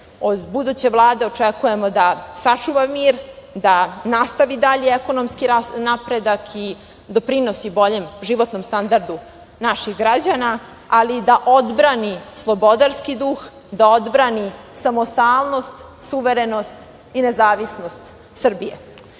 buduće Vlade očekujemo da sačuva mir, da nastavi dalji ekonomski rast, napredak i doprinos boljem životnom standardu naših građana, ali i da odbrani slobodarski duh, da odbrani samostalnost, suverenost i nezavisnost Srbije. Mi